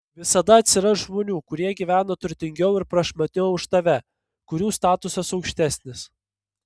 visada atsiras žmonių kurie gyvena turtingiau ir prašmatniau už tave kurių statusas aukštesnis